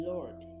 Lord